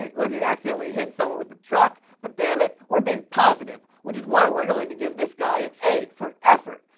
unless he accidentally hit someone with the truck. but damn it, we're being positive, which is why we're going to give this guy an a for effort.